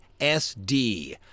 sd